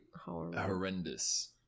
horrendous